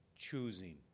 choosing